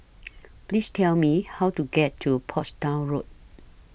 Please Tell Me How to get to Portsdown Road